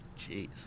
Jeez